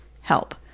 help